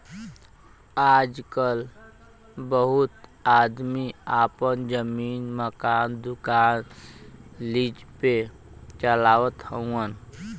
आजकल बहुत आदमी आपन जमीन, मकान, दुकान लीज पे चलावत हउअन